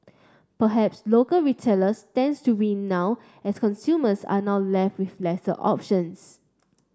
perhaps local retailers stands to win now as consumers are now left with lesser options